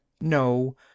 No